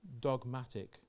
dogmatic